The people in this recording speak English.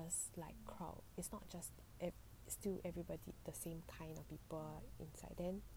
diverse like crowd it's not just ev~ still everybody the same kind of people inside then